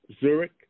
Zurich